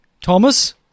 Thomas